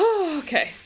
Okay